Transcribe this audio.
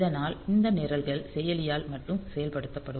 இதனால் இந்த நிரல்கள் செயலியால் மட்டுமே செயல்படுத்தப்படும்